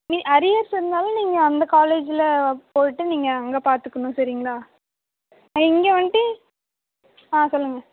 நீ அரியர்ஸ் இருந்தாலும் நீங்கள் அந்த காலேஜில் போய்ட்டு நீங்கள் அங்கே பார்த்துக்கணும் சரிங்களா நான் இங்கே வந்துட்டு ஆ சொல்லுங்கள்